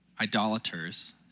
idolaters